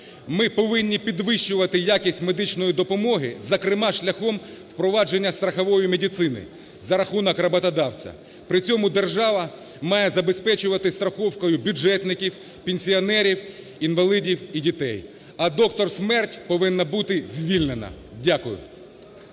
Ми повинні підвищувати якість медичної допомоги, зокрема шляхом впровадження страхової медицини за рахунок роботодавця. При цьому держава має забезпечувати страховкою бюджетників, пенсіонерів, інвалідів і дітей. А "доктор-смерть" повинна бути звільнена. Дякую.